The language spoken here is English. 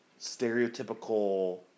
stereotypical